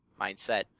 mindset